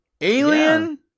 Alien